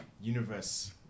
Universe